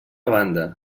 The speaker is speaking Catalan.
banda